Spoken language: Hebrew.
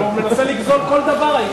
הוא מנסה לגזול כל דבר,